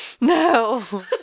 no